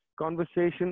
conversation